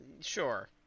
Sure